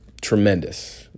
Tremendous